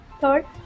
Third